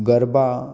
garba